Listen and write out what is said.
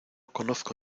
conozco